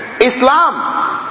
Islam